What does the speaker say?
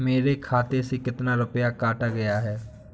मेरे खाते से कितना रुपया काटा गया है?